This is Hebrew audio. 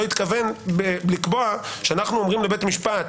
התכוון לקבוע שאנחנו אומרים לבית משפט